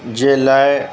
जे लाइ